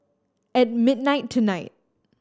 at midnight tonight